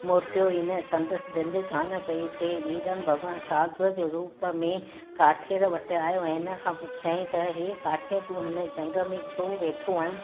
मोटियो ई न संदुसि दिलि कान पई थिए वीरल भॻवान सधूअ जे रूप में काठियर वटि आयो ऐं इन खां पुछियाईं त हे काठियरु तूं हिन झंग में छो वेठो आहीं